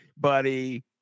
buddy